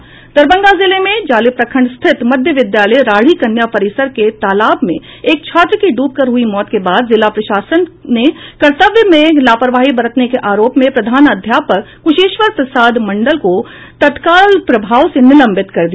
दरभंगा जिले में जाले प्रखंड स्थित मध्य विद्यालय राढ़ी कन्या परिसर के तालाब में एक छात्र की डूबकर हुई मौत के बाद जिला प्रशासन ने कर्तव्य में लापरवाही बरतने के आरोप में प्रधानाध्यापक कुशेश्वर प्रसाद मंडल को तत्काल प्रभाव से निलंबित कर दिया